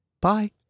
Bye